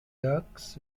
docks